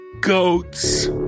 Goats